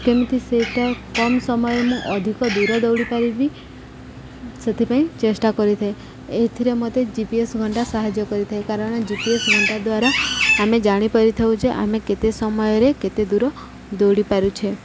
କେମିତି ସେଇଟା କମ୍ ସମୟରେ ମୁଁ ଅଧିକ ଦୂର ଦୌଡ଼ିପାରିବି ସେଥିପାଇଁ ଚେଷ୍ଟା କରିଥାଏ ଏଥିରେ ମତେ ଜି ପି ଏସ୍ ଘଣ୍ଟା ସାହାଯ୍ୟ କରିଥାଏ କାରଣ ଜି ପି ଏସ୍ ଘଣ୍ଟା ଦ୍ୱାରା ଆମେ ଜାଣିପାରିଥାଉ ଯେ ଆମେ କେତେ ସମୟରେ କେତେ ଦୂର ଦୌଡ଼ି ପାରୁଛେ